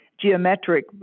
geometric